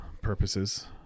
purposes